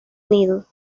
unido